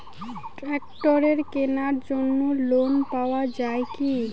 ট্রাক্টরের কেনার জন্য লোন পাওয়া যায় কি?